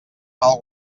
mal